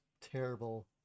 terrible